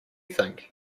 think